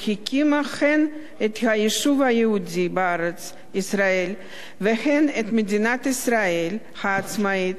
שהקימה הן את היישוב היהודי בארץ ישראל והן את מדינת ישראל העצמאית,